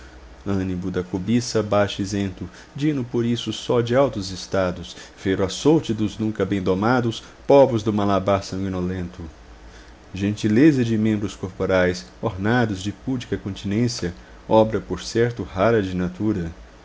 animo da cobiça baixa isento dino por isso só de altos estados fero açoute dos nunca bem domados povos do malabar sanguinolento gentileza de membros corporais ornados de pudica continência obra por certo rara de natura